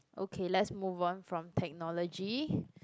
okay let's move on from technology